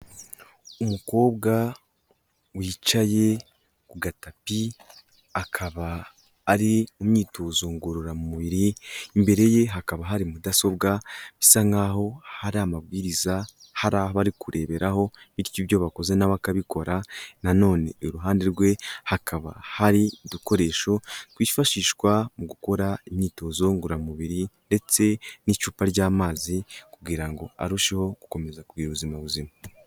Umukobwa wicaye ku gatapi akaba ari imyitozo ngororamubiri. Imbere ye hakaba hari mudasobwa bisa nkaho hari amabwiriza, hari aho arikureberaho. Bityo ibyo bakoze na we akabikora. Nanone iruhande rwe hakaba hari udukoresho twifashishwa mu gukora imyitozo ngororamubiri ndetse n'icupa ry'amazi kugira ngo arusheho gukomeza kugira ubuzima buzima.